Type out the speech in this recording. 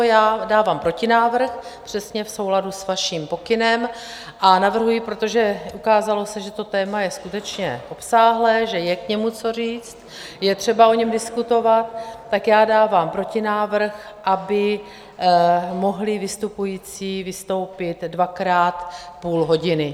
Já dávám protinávrh přesně v souladu s vaším pokynem a navrhuji, protože ukázalo se, že to téma je skutečně obsáhlé, že je k němu co říct, je třeba o něm diskutovat, tak já dávám protinávrh, aby mohli vystupující vystoupit dvakrát půl hodiny.